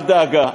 אל דאגה,